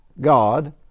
God